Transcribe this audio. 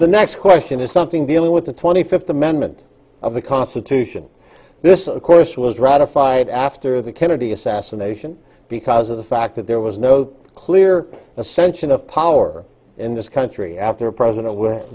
the next question is something dealing with the twenty fifth amendment of the constitution this of course was ratified after the kennedy assassination because of the fact that there was no clear ascension of power in this country after a president